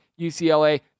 UCLA